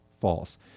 False